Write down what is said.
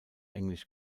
englisch